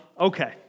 Okay